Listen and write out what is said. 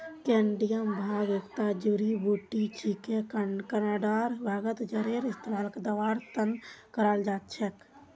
Canadian भांग एकता जड़ी बूटी छिके कनाडार भांगत जरेर इस्तमाल दवार त न कराल जा छेक